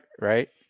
right